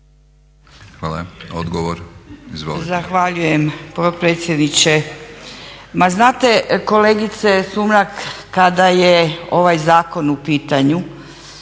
Hvala. Odgovor, izvolite.